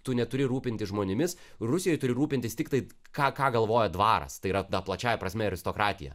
tu neturi rūpintis žmonėmis rusijoj turi rūpintis tiktai ką ką galvoja dvaras tai yra ta plačiąja prasme aristokratija